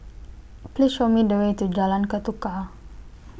Please Show Me The Way to Jalan Ketuka